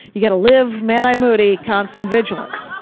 you gotta live madeye moody, constant vigilance.